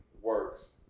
works